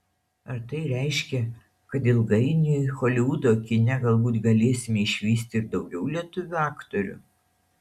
ar tai reiškia kad ilgainiui holivudo kine galbūt galėsime išvysti ir daugiau lietuvių aktorių